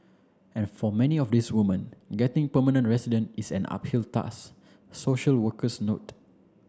and for many of these women getting permanent residence is an uphill task social workers note